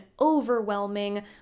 overwhelming